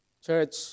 Church